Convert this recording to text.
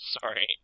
Sorry